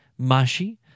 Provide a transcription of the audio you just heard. mashi